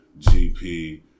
GP